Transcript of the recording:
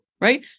right